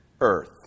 earth